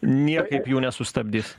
niekaip jų nesustabdys